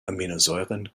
aminosäuren